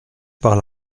par